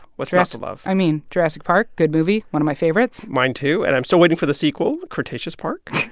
what's not to love? i mean, jurassic park good movie, one of my favorites mine too and i'm still waiting for the sequel, cretaceous park,